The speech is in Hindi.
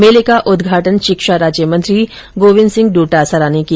मेले का उदघाटन शिक्षा राज्यमंत्री गोविन्द सिंह डोटासरा ने किया